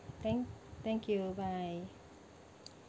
thank thank you bye